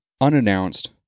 unannounced